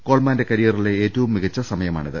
കോൾമാന്റെ കരിയ റിലെ ഏറ്റവും മികച്ച സമയമാണിത്